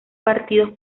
partidos